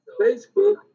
Facebook